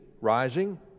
rising